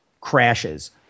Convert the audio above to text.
crashes